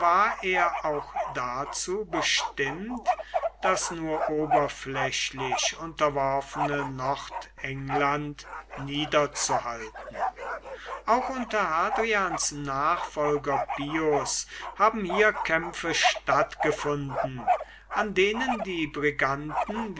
er auch dazu bestimmt das nur oberflächlich unterworfene nordengland niederzuhalten auch unter hadrians nachfolger pius haben hier kämpfe stattgefunden an denen die briganten